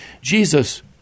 Jesus